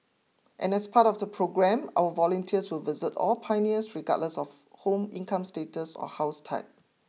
and as part of the programme our volunteers will visit all pioneers regardless of home income status or house type